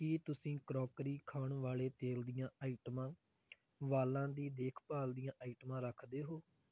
ਕੀ ਤੁਸੀਂ ਕਰੌਕਰੀ ਖਾਣ ਵਾਲੇ ਤੇਲ ਦੀਆਂ ਆਈਟਮਾਂ ਵਾਲਾਂ ਦੀ ਦੇਖਭਾਲ ਦੀਆਂ ਆਈਟਮਾਂ ਰੱਖਦੇ ਹੋ